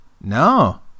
No